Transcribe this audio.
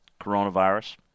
coronavirus